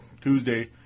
Tuesday